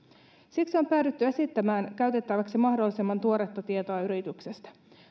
siksi on päädytty esittämään käytettäväksi mahdollisimman tuoretta tietoa yrityksestä